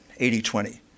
80-20